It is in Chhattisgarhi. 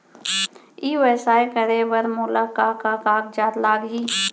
ई व्यवसाय करे बर मोला का का कागजात लागही?